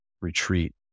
retreat